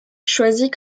choisit